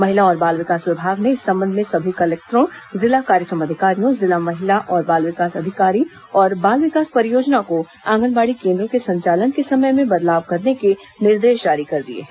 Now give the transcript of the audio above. महिला और बाल विकास विभाग ने इस संबंध में सभी जिला कलेक्टरों जिला कार्यक्रम अधिकारियों जिला महिला और बाल विकास अधिकारी और बाल विकास परियोजना को आगंनबाड़ी केन्द्रों के संचालन के समय में बदलाव करने के निर्देश जारी कर दिए हैं